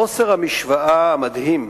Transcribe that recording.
חוסר המשוואה המדהים